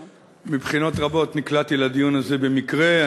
מבחינות רבות נקלעתי לדיון הזה במקרה.